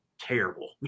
terrible